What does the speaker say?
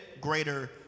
greater